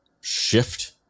shift